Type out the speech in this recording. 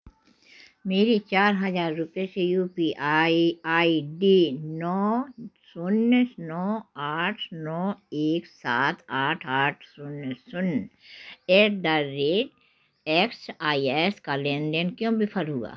मेरे चार हजार रुपये से U P I I D नौ शून्य नौ आठ नौ एक सात आठ आठ शून्य शून्य at the rate X I S का लेन देन क्यों विफल हुआ